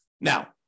Now